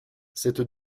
cette